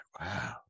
Wow